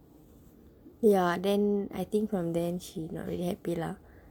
ya then I think from then she not really happy lah